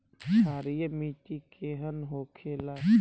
क्षारीय मिट्टी केहन होखेला?